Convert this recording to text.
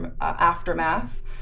aftermath